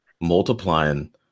multiplying